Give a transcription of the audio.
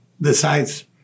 decides